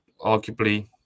arguably